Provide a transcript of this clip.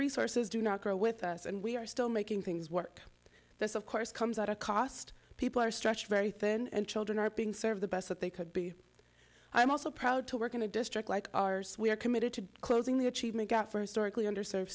resources do not grow with us and we are still making things work this of course comes at a cost people are stretched very thin and children are being served the best that they could be i am also proud to work in a district like ours we are committed to closing the achievement gap for historically underserved